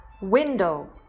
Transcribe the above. window